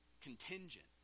contingent